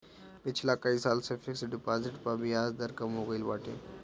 पिछला कई साल से फिक्स डिपाजिट पअ बियाज दर कम हो गईल बाटे